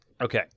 Okay